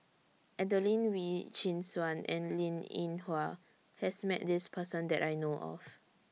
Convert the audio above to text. Adelene Wee Chin Suan and Linn in Hua has Met This Person that I know of